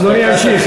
אדוני ימשיך.